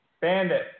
Bandit